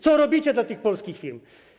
Co robicie dla tych polskich firm?